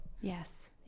Yes